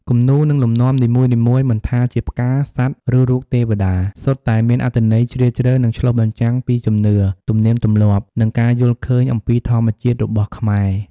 គំនូរ និងលំនាំនីមួយៗមិនថាជាផ្កា សត្វ ឬរូបទេវតា សុទ្ធតែមានអត្ថន័យជ្រាលជ្រៅ និងឆ្លុះបញ្ចាំងពីជំនឿ ទំនៀមទម្លាប់ និងការយល់ឃើញអំពីធម្មជាតិរបស់ខ្មែរ។